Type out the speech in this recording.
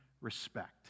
respect